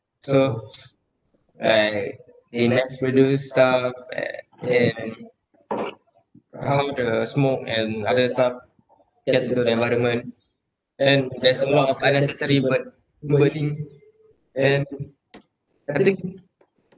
so like they mass produce stuff and then how the smoke and other stuff gets into the environment then there's a lot of unnecessary but wording and I think